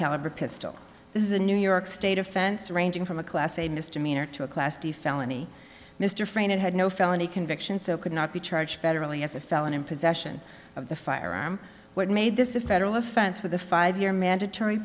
caliber pistol this is a new york state offense ranging from a class a misdemeanor to a class d felony mr frayne it had no felony convictions so could not be charged federally as a felon in possession of the firearm what made this a federal offense with a five year mandatory